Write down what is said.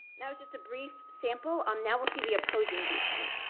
that was just a brief sample, um now we'll see the opposing viewpoint.